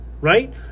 right